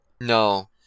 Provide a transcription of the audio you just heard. No